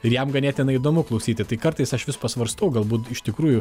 ir jam ganėtinai įdomu klausyti tai kartais aš vis pasvarstau galbūt iš tikrųjų